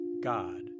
God